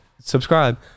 Subscribe